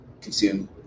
consume